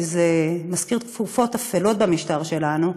כי זה מזכיר תקופות אפלות במשטר שלנו,